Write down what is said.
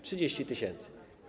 30 tys.